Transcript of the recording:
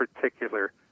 particular